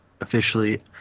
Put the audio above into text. officially